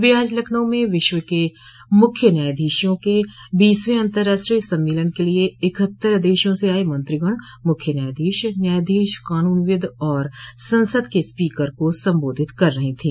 वह आज लखनऊ में विश्व के मुख्य न्यायाधीशों के बीसवें अतंर्राष्ट्रीय सम्मेलन के लिये इकहत्तर देशों से आये मंत्रिगण मुख्य न्यायाधीश न्यायाधीश कानून विद और संसद के स्पीकर को सम्बोधित कर रही थी